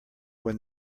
when